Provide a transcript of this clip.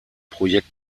projekt